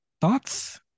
Thoughts